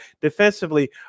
Defensively